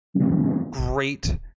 great